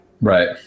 Right